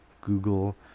Google